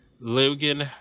Logan